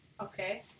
Okay